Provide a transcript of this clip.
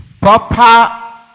proper